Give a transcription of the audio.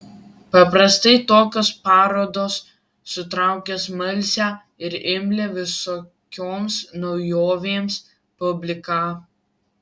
paprastai tokios parodos sutraukia smalsią ir imlią visokioms naujovėms publiką